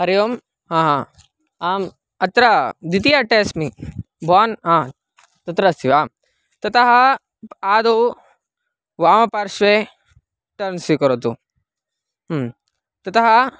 हरिः ओम् आ हा ह आम् अत्र द्वितीय अट्टे अस्मि भवान् अ तत्र अस्ति वा ततः आदौ वामपार्श्वे टर्न् स्वीकरोतु ह्म् ततः